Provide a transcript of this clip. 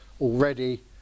already